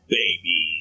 Baby